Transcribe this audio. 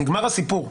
נגמר הסיפור.